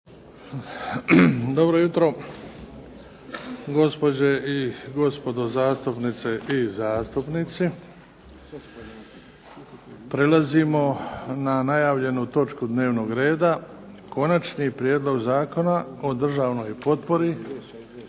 Dobro jutro gospođe i gospodo zastupnice i zastupnici. Prelazimo na najavljenu točku dnevnog reda –- Konačni prijedlog Zakona o državnoj potpori